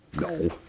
No